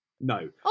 No